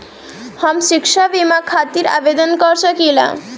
हम शिक्षा बीमा खातिर आवेदन कर सकिला?